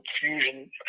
fusion